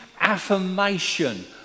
affirmation